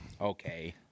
Okay